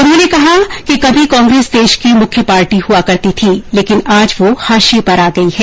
उन्होंने कहा कभी कांग्रेस देश की मुख्य पार्टी हुआ करती थी लेकिन आज वह हाशिए पर आ गई है